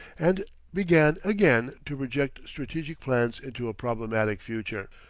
and began again to project strategic plans into a problematic future.